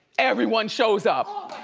everyone shows up.